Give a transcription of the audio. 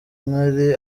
nkari